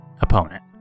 opponent